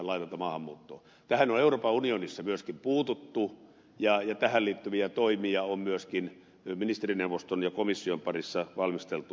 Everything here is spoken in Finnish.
tähän on euroopan unionissa myöskin puututtu ja tähän liittyviä toimia on myöskin ministerineuvoston ja komission parissa valmisteltu